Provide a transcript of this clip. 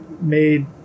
made